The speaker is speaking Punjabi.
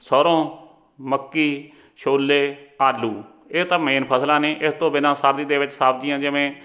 ਸਰ੍ਹੋਂ ਮੱਕੀ ਛੋਲੇ ਆਲੂ ਇਹ ਤਾਂ ਮੇਨ ਫਸਲਾਂ ਨੇ ਇਸ ਤੋਂ ਬਿਨਾਂ ਸਰਦੀ ਦੇ ਵਿੱਚ ਸਬਜ਼ੀਆਂ ਜਿਵੇਂ